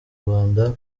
rwanda